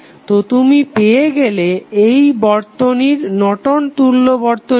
তো তুমি পেয়ে গেলে এই বর্তনীর নর্টন তুল্য Nortons equivalent বর্তনীটি